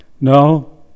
No